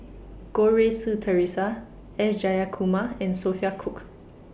Goh Rui Si Theresa S Jayakumar and Sophia Cooke